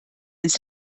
ins